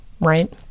right